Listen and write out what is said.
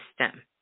system